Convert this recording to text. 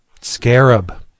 Scarab